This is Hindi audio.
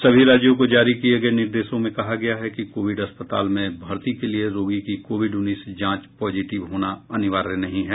सभी राज्यों को जारी किए गए निर्देशों में कहा गया है कि कोविड अस्पाताल में भर्ती के लिए रोगी की कोविड उन्नीस जांच पॉजिटिव होना अनिवार्य नहीं है